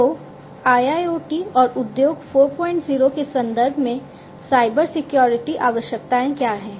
तो IIoT और उद्योग 40 के संदर्भ में साइबर सिक्योरिटी आवश्यकताएं क्या हैं